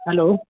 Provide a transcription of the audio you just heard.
hello